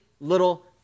little